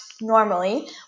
Normally